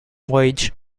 voyage